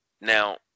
Now